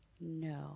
No